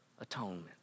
Atonement